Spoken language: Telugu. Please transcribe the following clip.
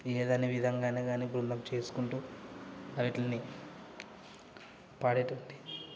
ఏదైనా విధంగా అయిన కానీ బృందం చేసుకుంటూ అవీటిని పాడేటటువంటి